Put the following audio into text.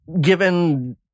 given